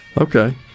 Okay